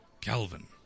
Calvin